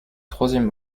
troisième